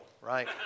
right